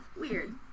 Weird